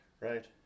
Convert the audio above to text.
right